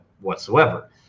whatsoever